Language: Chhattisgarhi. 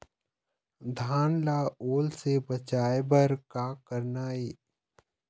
धान ला ओल से बचाए बर का करना ये?